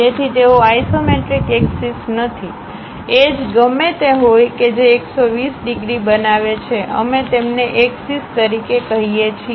તેથી તેઓ isometric axis નથી એજગમે તે હોય કે જે 120 ડિગ્રી બનાવે છે અમે તેમને એક્સિસ તરીકે કહીએ છીએ